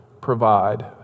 provide